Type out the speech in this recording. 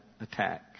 attack